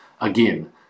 Again